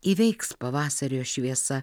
įveiks pavasario šviesa